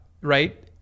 right